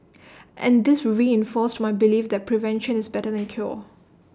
and this reinforced my belief that prevention is better than cure